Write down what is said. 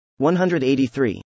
183